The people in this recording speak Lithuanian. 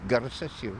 garsas jau